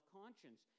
conscience